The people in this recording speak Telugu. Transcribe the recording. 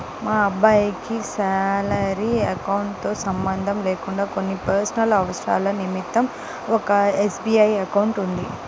మా అబ్బాయికి శాలరీ అకౌంట్ తో సంబంధం లేకుండా కొన్ని పర్సనల్ అవసరాల నిమిత్తం ఒక ఎస్.బీ.ఐ అకౌంట్ ఉంది